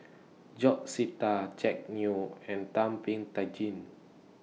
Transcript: George Sita Jack Neo and Thum Ping Tjin